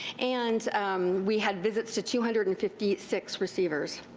and we had visits to two hundred and fifty six receivers.